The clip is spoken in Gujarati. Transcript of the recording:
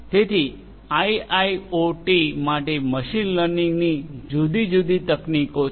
તેથી આઇઆઇઓટી માટે મશીન લર્નિંગની જુદી તકનીકીઓ છે